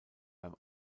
beim